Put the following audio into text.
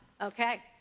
Okay